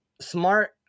smart